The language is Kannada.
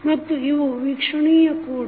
ಮತ್ತು ಇವು ವೀಕ್ಷಣೀಯ ಕೂಡ